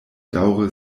daŭre